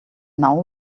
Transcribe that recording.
now